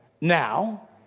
Now